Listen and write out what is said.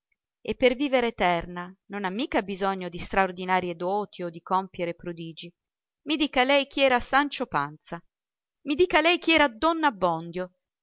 e per vivere eterna non ha mica bisogno di straordinarie doti o di compiere prodigi i dica lei chi era ancho anza i dica lei chi era don abbondio